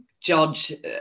judge